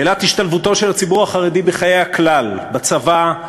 שאלת השתלבותו של הציבור החרדי בחיי הכלל, בצבא,